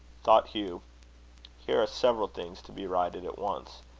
thought hugh here are several things to be righted at once.